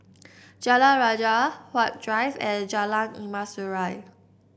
Jalan Rajah Huat Drive and Jalan Emas Urai